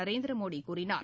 நரேந்திரமோடி கூறினார்